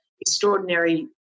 extraordinary